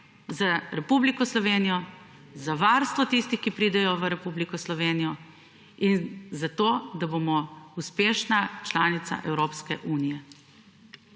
za Republiko Slovenijo, za varstvo tistih, ki pridejo v Republiko Slovenijo in za to, da bomo uspešna članica Evropske unije.